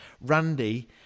Randy